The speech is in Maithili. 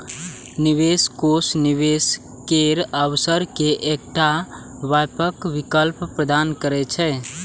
निवेश कोष निवेश केर अवसर के एकटा व्यापक विकल्प प्रदान करै छै